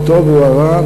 הטוב או הרע,